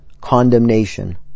condemnation